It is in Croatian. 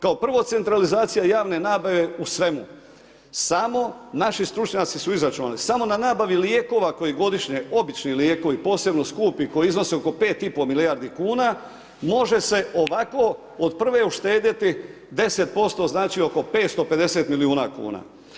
Kao prvo centralizacija javne nabave u svemu, samo naši stručnjaci su izračunali samo na nabavi lijekova koji godišnje obični lijekovi, posebno skupi koji iznose oko 5,5 milijardi kuna može se ovako od prve uštedjeti 10% znači oko 550 miliona kuna.